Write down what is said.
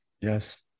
Yes